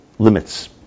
Limits